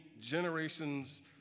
generations